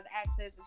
access